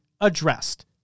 addressed